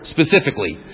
Specifically